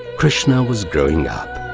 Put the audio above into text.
krishna was growing up.